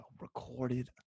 recorded